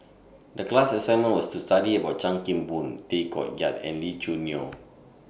The class assignment was to study about Chan Kim Boon Tay Koh Yat and Lee Choo Neo